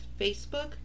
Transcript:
Facebook